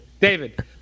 David